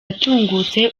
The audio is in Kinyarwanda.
atungutse